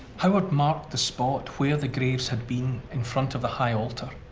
howard marked the spot where the graves had been in front of the high altar,